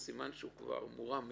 סימן שהוא כבר מורם מעם,